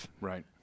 Right